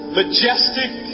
majestic